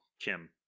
Kim